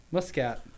Muscat